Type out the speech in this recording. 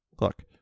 Look